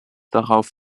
darauf